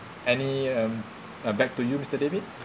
any um uh back to you mister david